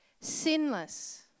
sinless